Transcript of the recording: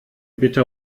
bitte